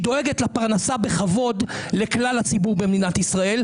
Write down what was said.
שהיא דואגת לפרנסה בכבוד לכלל הציבור במדינת ישראל,